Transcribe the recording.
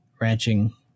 ranching